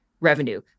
revenue